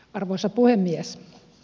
arvoisa puhemies